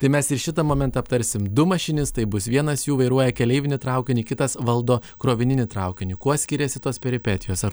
tai mes ir šitą momentą aptarsim du mašinistai bus vienas jų vairuoja keleivinį traukinį kitas valdo krovininį traukinį kuo skiriasi tos peripetijos ar